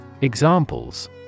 Examples